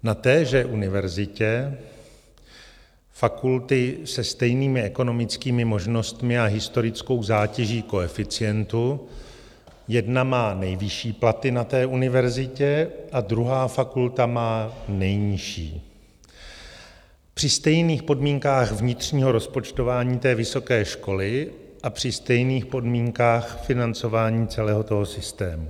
Na téže univerzitě fakulty se stejnými ekonomickými možnostmi a historickou zátěží koeficientu jedna má nejvyšší platy na té univerzitě a druhá fakulta má nejnižší, při stejných podmínkách vnitřního rozpočtování té vysoké školy a při stejných podmínkách financování celého systému.